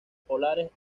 polares